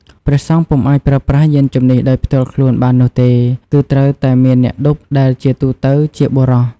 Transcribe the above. ព្រះសង្ឃពុំអាចប្រើប្រាស់យានជំនិះដោយផ្ទាល់ខ្លួនបាននោះទេ គឺត្រូវតែមានអ្នកឌុប ដែលជាទូទៅជាបុរស។